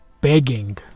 Begging